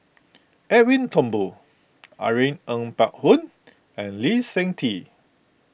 Edwin Thumboo Irene Ng Phek Hoong and Lee Seng Tee